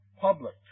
public